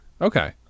Okay